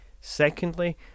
Secondly